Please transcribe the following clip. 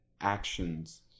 actions